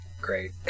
great